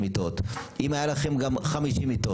יש את אגף שפ"י,